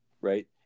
right